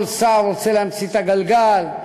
כל שר רוצה להמציא את הגלגל,